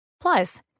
Plus